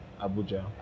abuja